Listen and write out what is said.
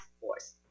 Force